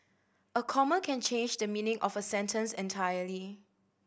a comma can change the meaning of a sentence entirely